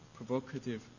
provocative